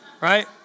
right